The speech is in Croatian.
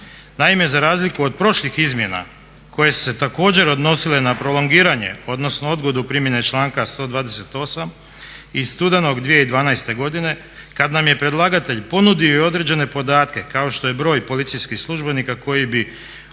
Naime, za razliku od prošlih izmjena koje su se također odnosile na prolongiranje odnosno odgodu primjene članka 128. iz studenog 2012. godine, kad nam je predlagatelj ponudio i određene podatke kao što je broj policijskih službenika koji bi